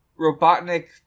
Robotnik